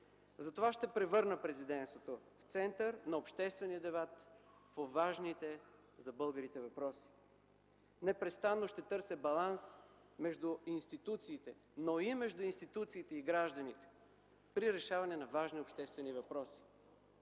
Затова ще превърна Президентството в център на обществения дебат за важните за българите въпроси. Непрестанно ще търся баланс между институциите, но и между институциите и гражданите при решаването на важни обществени въпроси.